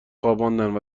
خواباندند